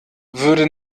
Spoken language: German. würde